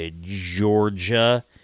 Georgia